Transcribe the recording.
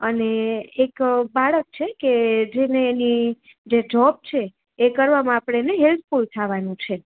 અને એક બાળક છે કે જેને એની જે જોબ છે એ કરવામાં આપણે એને હેલ્પફૂલ થવાનું છે